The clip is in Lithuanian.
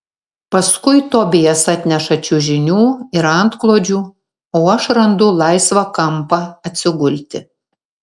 paskui tobijas atneša čiužinių ir antklodžių o aš randu laisvą kampą atsigulti